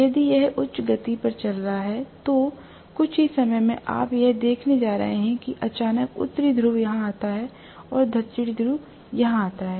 यदि यह उच्च गति पर चल रहा है तो कुछ ही समय में आप यह देखने जा रहे हैं कि अचानक उत्तरी ध्रुव यहाँ आता है और दक्षिणी ध्रुव यहाँ आता है